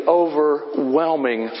overwhelming